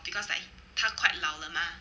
because like 她 quite 老了 mah